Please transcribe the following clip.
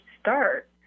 start